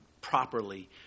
properly